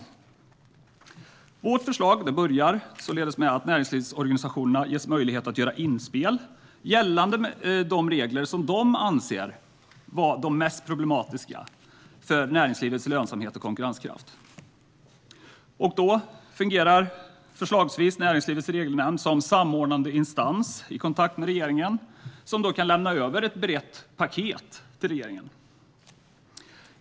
Sverigedemokraternas förslag börjar således med att näringslivsorganisationerna ges möjlighet att göra inspel gällande de regler som de anser vara de mest problematiska för näringslivets lönsamhet och konkurrenskraft. Då fungerar förslagsvis Näringslivets Regelnämnd som samordnande instans i kontakt med regeringen, som då kan lämna över ett brett paket till regeringen.